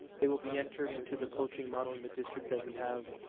they will be entered into the coaching model in the district that we have